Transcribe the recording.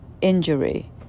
injury